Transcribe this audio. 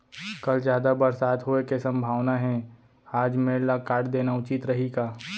कल जादा बरसात होये के सम्भावना हे, आज मेड़ ल काट देना उचित रही का?